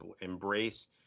Embrace